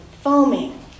foaming